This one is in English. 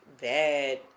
bad